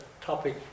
topic